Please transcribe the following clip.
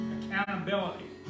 Accountability